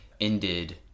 ended